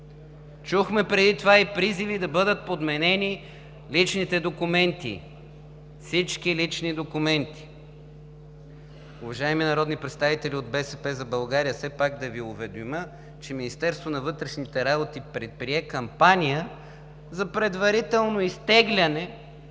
Чухме преди това и призиви да бъдат подменени личните документи – всички лични документи. Уважаеми народни представители от „БСП за България“, все пак да Ви уведомя, че Министерството на вътрешните работи предприе кампания за предварително изтегляне